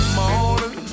morning